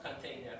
container